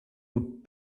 would